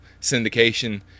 syndication